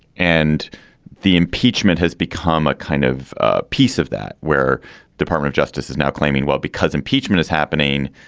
and the impeachment has become a kind of ah piece of that where department of justice is now claiming, well, because impeachment is happening,